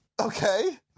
Okay